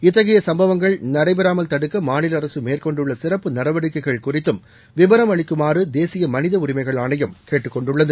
இத்தகைய சும்பவங்கள் நடைபெறாமல் தடுக்க மாநில அரசு மேற்கொண்டுள்ள சிறப்பு நடவடிக்கைகள் குறித்தும் விவரம் அளிக்குமாறு தேசிய மனித உரிமைகள் ஆணையம் கேட்டுள்ளது